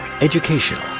educational